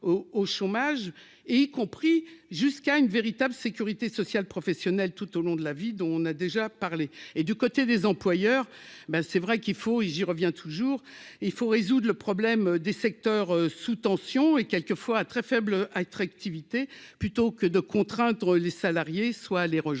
au chômage, et y compris jusqu'à une véritable sécurité sociale professionnelle tout au long de la vie dont on a déjà parlé, et du côté des employeurs : ben c'est vrai qu'il faut et j'y reviens toujours il faut résoudre le problème des secteurs sous tension et quelquefois fois très faible attractivité plutôt que de contraindre les salariés soient les rejoindre